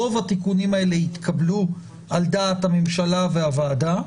רוב התיקונים האלה התקבלו על דעת הממשלה והוועדה,